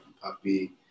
Puppy